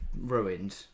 ruined